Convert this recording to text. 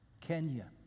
Kenya